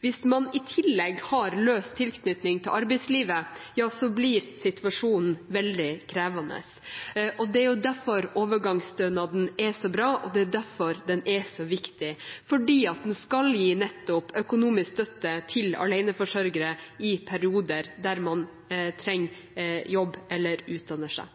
Hvis man i tillegg har løs tilknytning til arbeidslivet, ja så blir situasjonen veldig krevende. Det er derfor overgangsstønaden er så bra, og det er derfor den er så viktig, fordi den skal gi nettopp økonomisk støtte til aleneforsørgere i perioder der man trenger jobb eller utdanner seg.